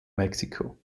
mexico